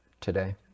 today